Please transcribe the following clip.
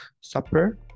supper